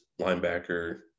linebacker